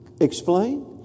Explain